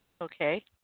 Okay